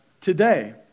today